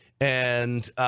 and-